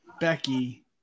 Becky